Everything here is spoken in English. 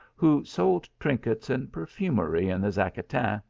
who sold trinkets and perfumery in the zacatin,